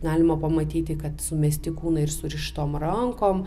galima pamatyti kad sumesti kūnai ir surištom rankom